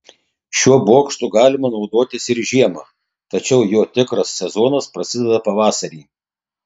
šiuo bokštu galima naudotis ir žiemą tačiau jo tikras sezonas prasideda pavasarį